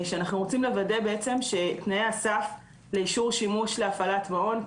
אנחנו רוצים לוודא שתנאי הסף לאישור שימוש להפעלת מעון,